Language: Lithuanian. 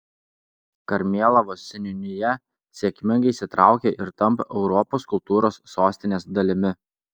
karmėlavos seniūnija sėkmingai įsitraukia ir tampa europos kultūros sostinės dalimi